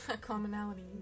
Commonality